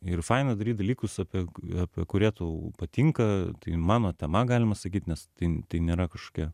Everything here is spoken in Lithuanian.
ir faina daryt dalykus apie apie kurie tau patinka mano tema galima sakyt nes tai tai nėra kažkokia